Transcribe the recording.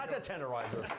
a tenderizer.